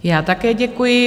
Já také děkuji.